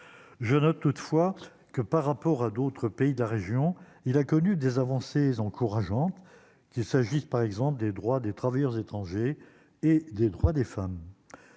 je note toutefois que par rapport à d'autres pays de la région, il a connu des avancées encourageantes, qu'il s'agisse par exemple des droits des travailleurs étrangers et des droits des femmes,